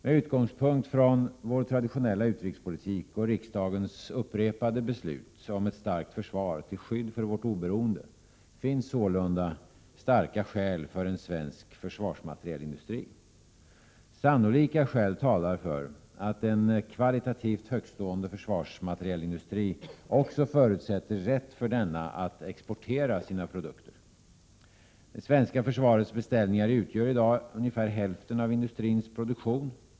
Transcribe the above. Med utgångspunkt från vår traditionella utrikespolitik och riksdagens upprepade beslut om ett starkt försvar till skydd för vårt oberoende finns sålunda starka skäl för en svensk försvarsmaterielindustri. Sannolika skäl talar för att en kvalitativt högtstående försvarsmaterielindustri förutsätter rätt för denna att också exportera sina produkter. Det svenska försvarets beställningar utgör i dag ungefär hälften av industrins produktion.